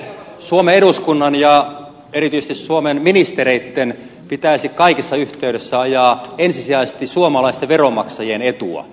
suomen eduskunnan ja erityisesti suomen ministereitten pitäisi kaikissa yhteyksissä ajaa ensisijaisesti suomalaisten veronmaksajien etua